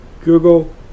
Google